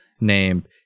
named